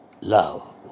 love